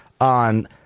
on